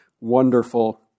wonderful